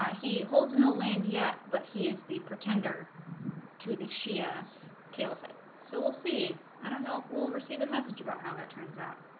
ah he holds no land yet but he is the pretender to the shia caliphate so we'll see i don't know if we'll receive a message about how that turns out